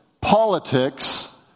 politics